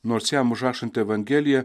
nors jam užrašant evangeliją